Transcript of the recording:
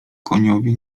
koniowi